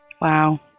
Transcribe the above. Wow